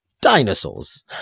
dinosaurs